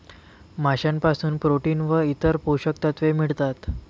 माशांपासून प्रोटीन व इतर पोषक तत्वे मिळतात